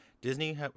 Disney